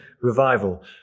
Revival